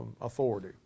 authority